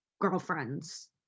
girlfriends